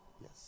Yes